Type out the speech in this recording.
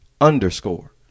Underscore